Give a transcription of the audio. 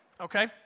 okay